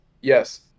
Yes